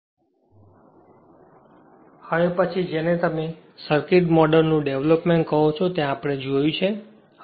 તેથી હવે પછી જેને તમે સર્કિટમોડેલનું ડેવલપમેંટ કહો છો તે આપણે જોયું છે